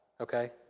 Okay